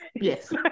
Yes